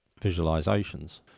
visualizations